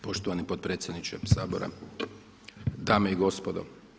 Poštovani potpredsjedniče Sabora, dame i gospodo.